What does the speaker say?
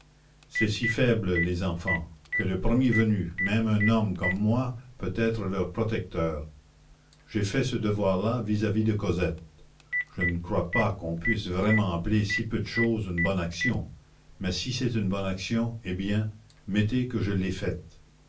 c'est si faible les enfants que le premier venu même un homme comme moi peut être leur protecteur j'ai fait ce devoir là vis-à-vis de cosette je ne crois pas qu'on puisse vraiment appeler si peu de chose une bonne action mais si c'est une bonne action eh bien mettez que je l'ai faite